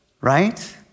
Right